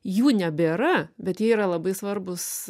jų nebėra bet jie yra labai svarbūs